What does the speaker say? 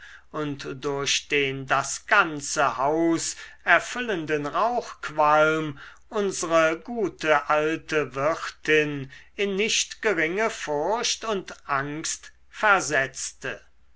und durch den das ganze haus erfüllenden rauchqualm unsre gute alte wirtin in nicht geringe furcht und angst versetzte